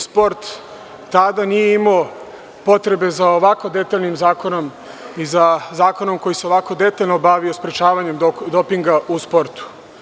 Sport tada nije imao potrebe za ovako detaljnim zakonom i za zakonom koji se ovako detaljno bavio sprečavanjem dopinga u sportu.